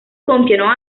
compiono